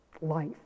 life